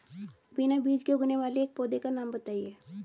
बिना बीज के उगने वाले एक पौधे का नाम बताइए